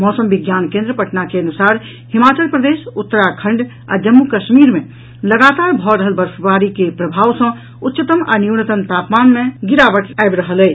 मौसम विज्ञान केंद्र पटना के अनुसार हिमाचल प्रदेश उत्तराखण्ड आ जम्मू कश्मीर मे लगातार भऽ रहल बर्फबारी के प्रभाव सँ उच्चतम आ न्यूनतम तापमान मे लगातार गिरावट आबि रहल अछि